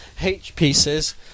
H-Pieces